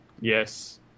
Yes